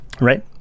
Right